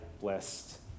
blessed